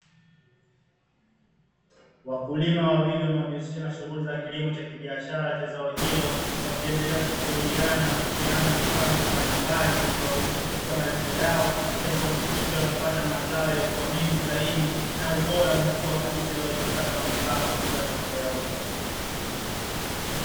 Wakulima wawili wanaojihusisha na shughuli za kilimo cha kibiashara cha zao hilo, wakiendelea kushauriana na kupeana mipango mbalimbali; itakayowezesha kufikia malengo yao ya kuhakikisha wanapata mazao yaliyokuwa mengi zaidi na ubora mkubwa kabisa, ili uweze kupata manufaa makubwa watakapoyauza.